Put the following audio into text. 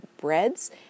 breads